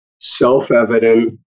self-evident